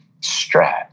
strat